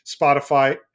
Spotify